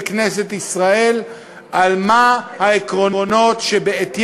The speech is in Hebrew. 2. התהליך שהולך לקרות יאפשר